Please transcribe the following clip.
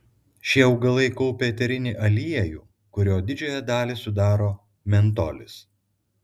šie augalai kaupia eterinį aliejų kurio didžiąją dalį sudaro mentolis